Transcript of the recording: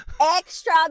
Extra